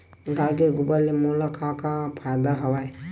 गाय के गोबर ले मोला का का फ़ायदा हवय?